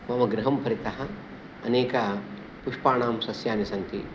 मम गृहं परितः अनेकपुष्पाणां सस्यानि सन्ति